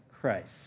Christ